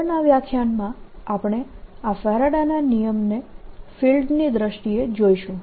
આગળના વ્યાખ્યાનમાં આપણે આ ફેરાડેના નિયમ ને ફિલ્ડની દ્રષ્ટિએ જોઈશું